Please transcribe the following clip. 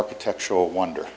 architectural wonder